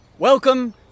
Welcome